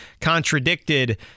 contradicted